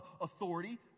authority